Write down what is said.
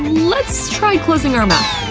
let's try closing our mouth.